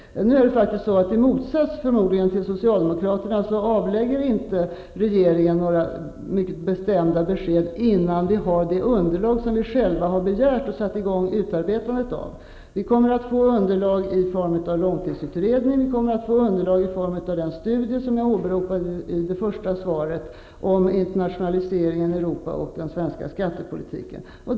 Nu är det faktiskt på det sättet att, förmodligen i motsats till socialdemokraterna, regeringen inte avlägger några mycket bestämda besked innan vi har det underlag som vi själva har begärt och satt i gång utarbetandet av. Vi kommer att få underlag i form av långtidsutredningen och i form av den studie som åberopades i svaret om internationaliseringen i Europa och den svenska skattepolitiken.